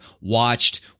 watched